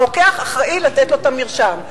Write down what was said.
הרוקח אחראי לתת לו את המרשם.